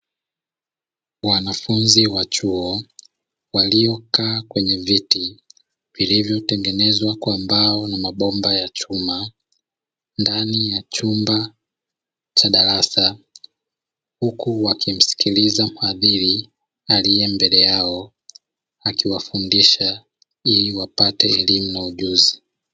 Wanafunzi wa chuo waliokaa kwenye viti vilivyo tengenezwa kwa mbao na mabomba ya chuma ndani ya chumba cha darasa huku wakimsikiliza mwadhiri aliye mbele yao akiwafundisha ili wapate elimu na ujuzi.